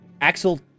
Axel